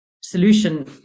solution